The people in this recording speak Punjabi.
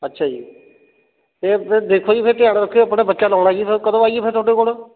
ਅੱਛਾ ਜੀ ਅਤੇ ਫਿਰ ਦੇਖੋ ਜੀ ਫਿਰ ਧਿਆਨ ਰੱਖਿਓ ਆਪਾਂ ਨੇ ਬੱਚਾ ਲਾਉਣਾ ਜੀ ਅਤੇ ਫਿਰ ਕਦੋਂ ਆਈਏ ਫਿਰ ਤੁਹਾਡੇ ਕੋਲ